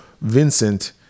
Vincent